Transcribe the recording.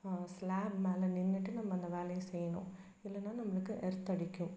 slab மேல நின்றுட்டு நம்ம அந்த வேலையை செய்யணும் இல்லைன்னா நம்மளுக்கு எர்த் அடிக்கும்